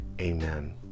amen